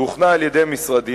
שהוכנה על-ידי משרדי,